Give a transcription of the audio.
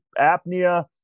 apnea